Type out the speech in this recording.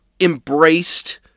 embraced